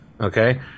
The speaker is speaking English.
okay